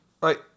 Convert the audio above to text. right